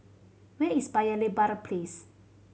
where is Paya Lebar Place